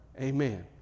amen